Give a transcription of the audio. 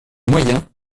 moyens